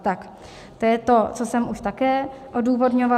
To je to, co jsem už také odůvodňovala.